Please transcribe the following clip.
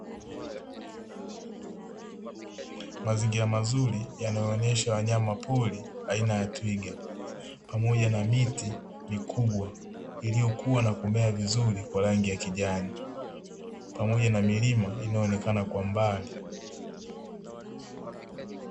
Mazingira mazuri yanayoonesha wanyama pori aina ya twiga pamoja na miti mikubwa, iliyokua na kumea vizuri kwa rangi ya kijani pamoja na milima inayoonekana kwa mbali.